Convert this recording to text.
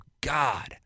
God